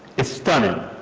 is stunning